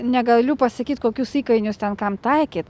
negaliu pasakyt kokius įkainius ten kam taikyt